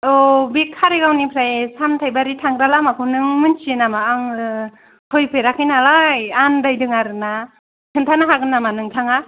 औ बे खारिगावनिफ्राय सामथायबारि थांग्रा लामाखौ नों मोनथियो नामा आङो फैफेराखै नालाय आनदायदों आरोना खोनथानो हागोन नामा नोंथाङा